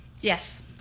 Yes